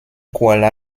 kuala